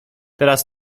teraz